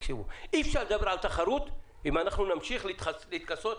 אי אפשר לדבר על תחרות אם אנחנו נמשיך להתכסות.